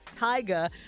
Tyga